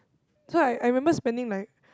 so I I remember spending like